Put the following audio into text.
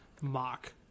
mock